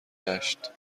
گشت